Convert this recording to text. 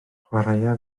chwaraea